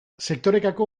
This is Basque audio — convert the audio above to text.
sektorekako